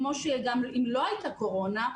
כמו שגם אם לא הייתה קורונה,